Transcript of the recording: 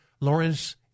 Lawrence